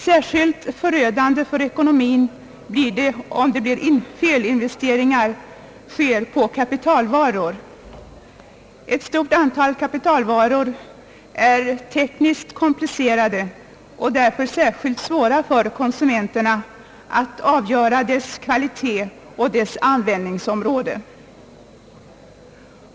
Särskilt förödande för ekonomin blir det om felinvesteringar sker vid anskaffning av kapitalvaror. Ett stort antal kapitalvaror är tekniskt komplicerade, och när det gäller sådana varor är det ofta särskilt svårt för konsumenterna att avgöra deras kvalitet och användningsområde.